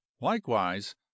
likewise